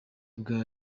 bwa